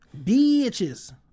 Bitches